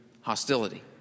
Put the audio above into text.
hostility